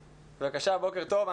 בבקשה, בוקר טוב.